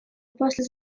после